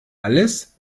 alles